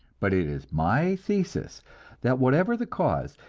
but it is my thesis that whatever the cause,